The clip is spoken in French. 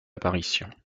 apparition